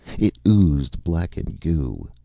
it oozed blackened goo.